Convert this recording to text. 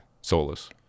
soulless